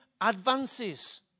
advances